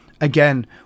again